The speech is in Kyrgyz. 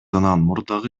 мурдагы